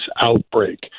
outbreak